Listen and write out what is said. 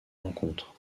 rencontres